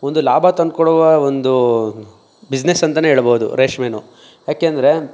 ಒಂದು ಲಾಭ ತಂದುಕೊಡುವ ಒಂದು ಬಿಸ್ನೆಸ್ ಅಂತಲೇ ಹೇಳ್ಬೋದು ರೇಷ್ಮೆನೂ ಏಕೆಂದ್ರೆ